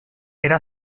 era